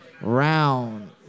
round